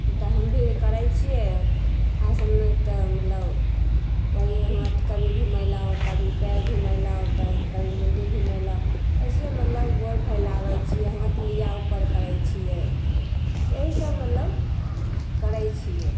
तऽ हम भी करै छिए आसन तऽ मतलब वएह हाथ कभी घुमेलहुँ कभी पाएर घुमेलहुँ पै कभी मुण्डी घुमेलहुँ अइसेहि मतलब गोड़ फैलाबै छी हाथ लिआ उपर करै छिए एहिसब मतलब करै छिए